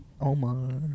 Omar